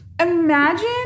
Imagine